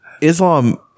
Islam